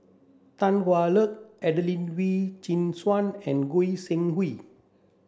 Tan Hwa Luck Adelene Wee Chin Suan and Goi Seng Hui